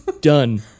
done